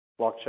blockchain